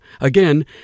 Again